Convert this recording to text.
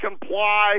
comply